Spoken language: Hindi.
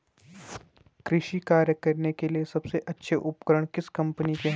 कृषि कार्य करने के लिए सबसे अच्छे उपकरण किस कंपनी के हैं?